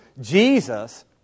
Jesus